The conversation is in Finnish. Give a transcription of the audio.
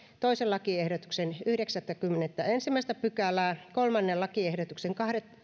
toisen lakiehdotuksen yhdeksättäkymmenettäensimmäistä pykälää kolmannen lakiehdotuksen